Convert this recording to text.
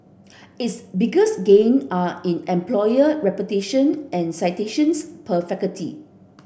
its biggest gains are in employer reputation and citations per faculty